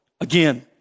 Again